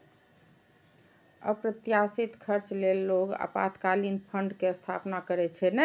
अप्रत्याशित खर्च लेल लोग आपातकालीन फंड के स्थापना करै छै